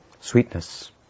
Sweetness